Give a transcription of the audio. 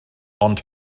ond